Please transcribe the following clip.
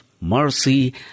Mercy